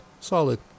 Solid